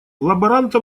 лаборанта